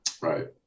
right